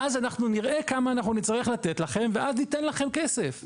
ואז אנחנו נראה כמה אנחנו נצטרך לתת לכם ואז ניתן לכם כסף בעתיד.